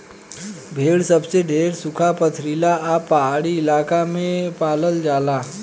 भेड़ सबसे ढेर सुखा, पथरीला आ पहाड़ी इलाका में पालल जाला